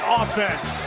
offense